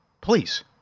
Please